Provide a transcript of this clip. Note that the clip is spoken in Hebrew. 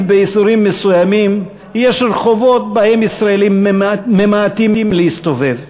באזורים מסוימים יש רחובות שבהם ישראלים ממעטים להסתובב,